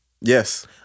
Yes